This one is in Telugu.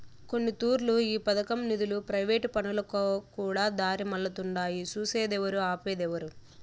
కొన్నితూర్లు ఈ పదకం నిదులు ప్రైవేటు పనులకుకూడా దారిమల్లతుండాయి సూసేదేవరు, ఆపేదేవరు